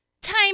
time